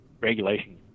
regulation